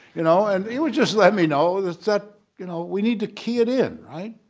you know and he would just let me know that's that you know we need to key it in right,